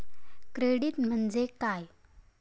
Credit म्हणजे काय?